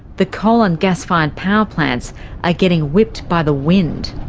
the coal and gas-fired power plants are getting whipped by the wind.